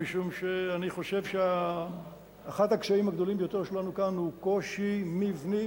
כי אני חושב שאחד הקשיים הגדולים ביותר שלנו כאן הוא קושי מבני,